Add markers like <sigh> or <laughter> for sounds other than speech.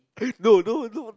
<laughs> no no no